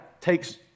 takes